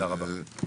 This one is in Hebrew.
תודה רבה.